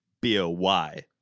b-o-y